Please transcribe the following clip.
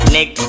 Nick